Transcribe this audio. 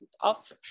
off